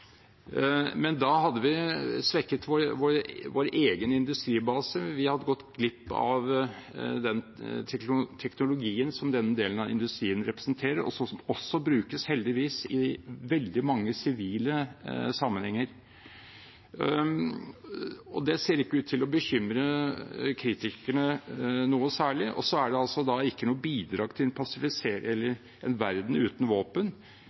Men da hadde vi svekket vår egen industribase, vi hadde gått glipp av den teknologien som denne delen av industrien representerer, og som også – heldigvis – brukes i veldig mange sivile sammenhenger. Det ser ikke ut til å bekymre kritikerne noe særlig. Det er heller ikke noe bidrag til en verden uten våpen